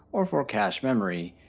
or for cache memory,